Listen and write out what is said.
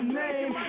name